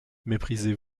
méprisez